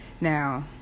Now